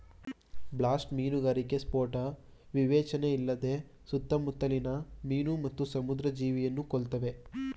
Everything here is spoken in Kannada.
ಬ್ಲಾಸ್ಟ್ ಮೀನುಗಾರಿಕೆ ಸ್ಫೋಟ ವಿವೇಚನೆಯಿಲ್ಲದೆ ಸುತ್ತಮುತ್ಲಿನ ಮೀನು ಮತ್ತು ಸಮುದ್ರ ಜೀವಿಯನ್ನು ಕೊಲ್ತವೆ